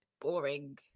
Boring